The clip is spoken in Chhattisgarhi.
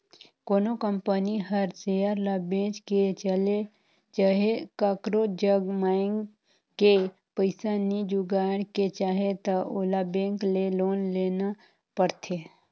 कोनो कंपनी हर सेयर ल बेंच के चहे काकरो जग मांएग के पइसा नी जुगाड़ के चाहे त ओला बेंक ले लोन लेना परथें